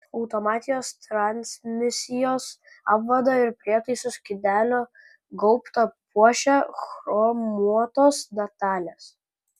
automatinės transmisijos apvadą ir prietaisų skydelio gaubtą puošia chromuotos detalės